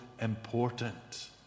important